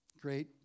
Great